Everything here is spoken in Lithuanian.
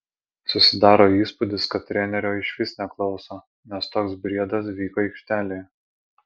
susidaro įspūdis kad trenerio išvis neklauso nes toks briedas vyko aikštelėje